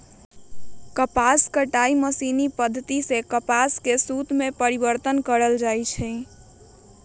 कपास कताई मशीनी पद्धति सेए कपास के सुत में परिवर्तन कएल जाइ छइ